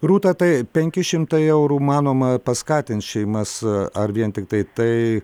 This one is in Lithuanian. rūta tai penki šimtai eurų manoma paskatins šeimas ar vien tiktai tai